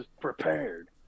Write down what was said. prepared